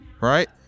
right